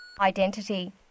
identity